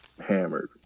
hammered